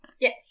Yes